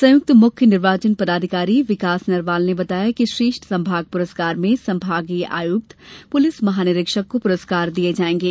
संयुक्त मुख्य निर्वाचन पदाधिकारी विकास नरवाल ने बताया है कि श्रेष्ठ संभाग प्रस्कार में संभागीय आयुक्त प्रलिस महानिरीक्षक को पुरस्कार दिये जाएंगे